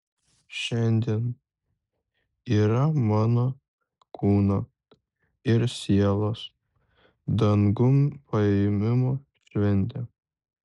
šiandien yra mano kūno ir sielos dangun paėmimo šventė